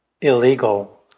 illegal